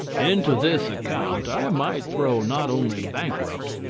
into this account i might throw not only bankrupts,